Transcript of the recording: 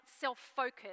self-focused